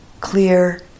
clear